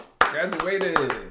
Graduated